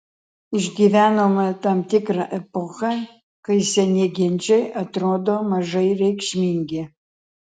išgyvenome tam tikrą epochą kai seni ginčai atrodo mažai reikšmingi